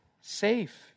safe